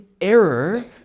error